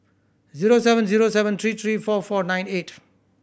zero seven zero seven three three four four nine eight